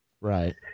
right